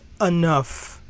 enough